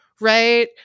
right